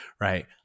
right